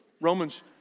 Romans